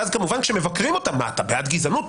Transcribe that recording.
ואז כמובן כשמבקרים אותם מה אתה בעד גזענות?